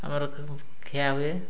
ଆମର ଖିଆ ହୁଏ